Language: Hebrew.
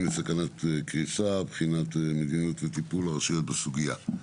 בסכנת קריסה בחינת מדיניות וטיפול הרשויות בסוגיה.